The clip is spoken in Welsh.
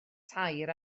tair